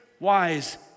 Wise